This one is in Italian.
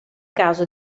caso